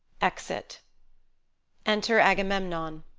exit enter agamemnon